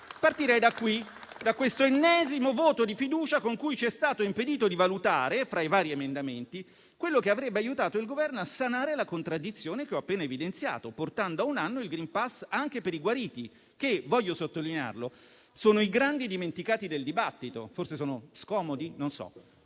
Partirei da qui, da questo ennesimo voto di fiducia con cui ci viene impedito di valutare, fra i vari emendamenti, quello che aiuterebbe il Governo a sanare la contraddizione che ho appena evidenziato, portando a un anno la durata del *green pass* anche per i guariti che - voglio sottolinearlo - sono i grandi dimenticati del dibattito. Forse sono scomodi? Non so.